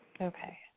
Okay